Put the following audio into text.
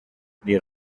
the